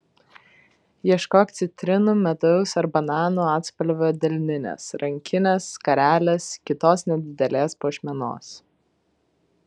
ieškok citrinų medaus ar bananų atspalvio delninės rankinės skarelės kitos nedidelės puošmenos